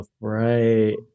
Right